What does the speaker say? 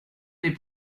n’est